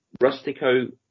Rustico